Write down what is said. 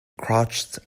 crouched